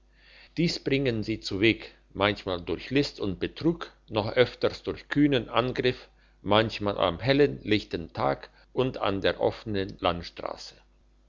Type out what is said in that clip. dies bringen sie zuweg manchmal durch list und betrug noch öfter durch kühnen angriff manchmal am hellen lichten tag und an der offenen landstrasse